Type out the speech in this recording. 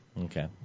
Okay